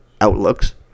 outlooks